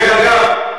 דרך אגב,